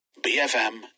BFM